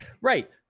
Right